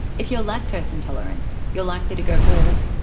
if you are lactose intolerant, you're likely to go bald,